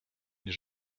nie